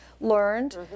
learned